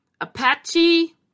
Apache